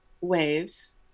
waves